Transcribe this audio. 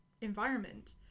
environment